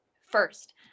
first